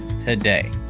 today